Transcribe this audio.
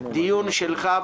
דיון שלך,